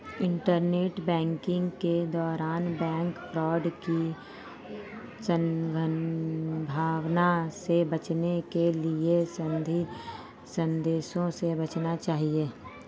internet banking के दौरान bank fraud की संभावना से बचने के लिए संदिग्ध संदेशों से बचना चाहिए